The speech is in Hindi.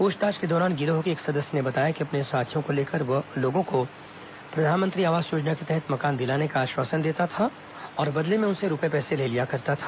पूछताछ के दौरान गिरोह के एक सदस्य ने बताया कि अपने साथियो को लेकर वह लोगों को प्रधानमंत्री आवास योजना के तहत मकान दिलाने का आश्वासन देता था और बदले में उनसे रूपये पैसे ले लिया करता था